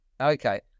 Okay